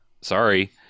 sorry